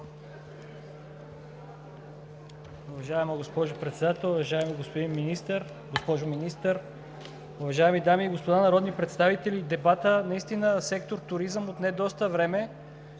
Уважаема госпожо Председател, уважаеми господин Министър, госпожо Министър, уважаеми дами и господа народни представители! Дебатът наистина за сектор „Туризъм“ отне доста време,